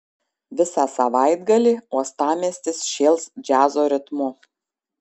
visą savaitgalį uostamiestis šėls džiazo ritmu